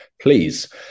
please